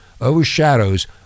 overshadows